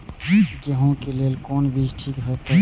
गेहूं के लेल कोन बीज ठीक होते?